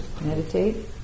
meditate